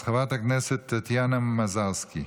אז חברת הכנסת טטיאנה מזרסקי.